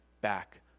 back